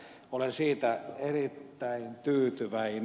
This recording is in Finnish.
olen siitä erittäin tyytyväinen